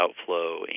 outflow